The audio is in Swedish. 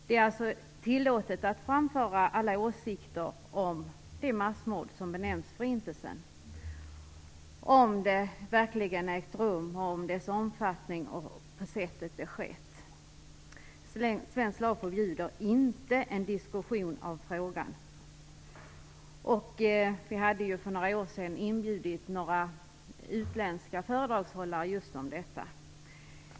Det är alltså tillåtet att framföra alla åsikter om det massmord som benämns förintelsen, om det verkligen ägt rum, dess omfattning och om det sätt på vilket det skett. Svensk lag förbjuder inte en diskussion om frågan. För några år sedan inbjöd vi några utländska föredragshållare att tala om just detta.